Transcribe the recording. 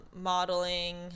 modeling